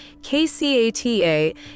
KCATA